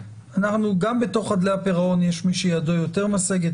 גם בתוך חדלי הפירעון יש מי שידו יותר משגת,